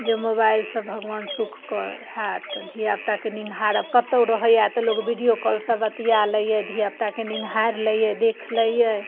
जे मोबाइलसँ भगवान सुख करै हैत तऽ धिआपुताके निंघारब कतहु रहैए तऽ लोक वीडिओ कॉलसँ बतिआ लैए धिआपुताके निंघारि लैए देखि लैए